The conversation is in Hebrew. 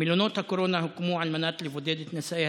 מלונות הקורונה הוקמו על מנת לבודד את נשאי